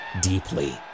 deeply